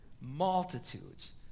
multitudes